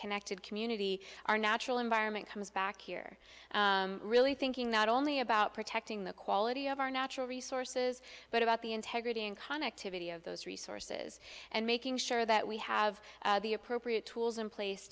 connected community our natural environment comes back here really thinking not only about protecting the quality of our natural resources but about the integrity and con activity of those resources and making sure that we have the appropriate tools in place